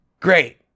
Great